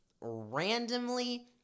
Randomly